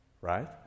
right